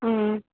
ம் ம்